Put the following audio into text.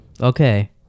Okay